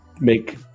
make